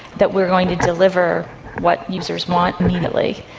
that we are going to deliver what users want immediately.